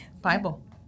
Bible